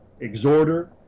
exhorter